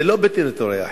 זה לא בטריטוריה אחרת,